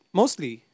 mostly